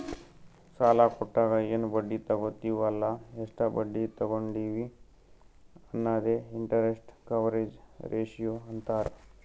ಸಾಲಾ ಕೊಟ್ಟಾಗ ಎನ್ ಬಡ್ಡಿ ತಗೋತ್ತಿವ್ ಅಲ್ಲ ಎಷ್ಟ ಬಡ್ಡಿ ತಗೊಂಡಿವಿ ಅನ್ನದೆ ಇಂಟರೆಸ್ಟ್ ಕವರೇಜ್ ರೇಶಿಯೋ ಅಂತಾರ್